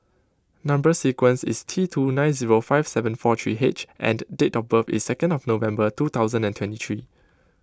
Number Sequence is T two nine five seven four three H and date of is second of November thousand and twenty three